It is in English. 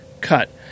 cut